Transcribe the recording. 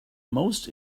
most